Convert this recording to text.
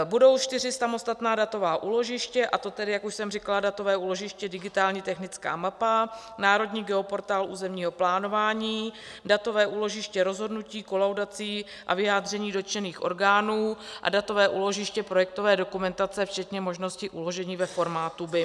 Budou čtyři samostatná datová úložiště, a to, jak už jsem říkala, datové úložiště digitální technická mapa, národní geoportál územního plánování, datové úložiště rozhodnutí, kolaudací a vyjádření dotčených orgánů a datové úložiště projektové dokumentace včetně možnosti uložení ve formátu BIM.